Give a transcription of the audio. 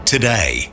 Today